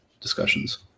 discussions